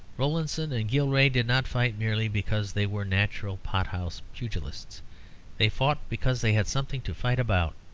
rowlandson and gilray did not fight merely because they were naturally pothouse pugilists they fought because they had something to fight about.